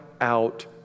out